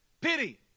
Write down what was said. pity